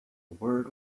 word